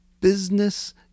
business